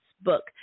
book